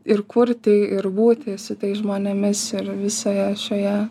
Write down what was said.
ir kurti ir būti su tais žmonėmis ir visoje šioje